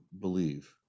believe